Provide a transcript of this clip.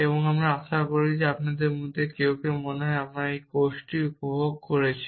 এবং আমি আশা করি আপনাদের মধ্যে কেউ কেউ আমার মনে হয় কোর্সটি উপভোগ করেছেন